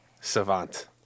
savant